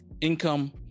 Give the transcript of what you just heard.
income